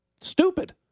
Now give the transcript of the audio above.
stupid